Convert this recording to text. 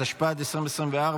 התשפ"ד 2024,